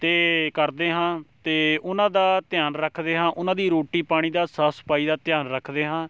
ਅਤੇ ਕਰਦੇ ਹਾਂ ਅਤੇ ਉਹਨਾਂ ਦਾ ਧਿਆਨ ਰੱਖਦੇ ਹਾਂ ਉਹਨਾਂ ਦੀ ਰੋਟੀ ਪਾਣੀ ਦਾ ਸਾਫ਼ ਸਫਾਈ ਦਾ ਧਿਆਨ ਰੱਖਦੇ ਹਾਂ